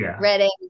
reading